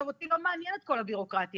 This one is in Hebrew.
אותי לא מעניינת כל הביורוקרטיה.